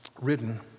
written